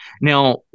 now